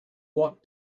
what